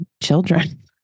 children